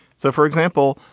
so for example,